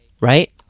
right